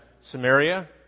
Samaria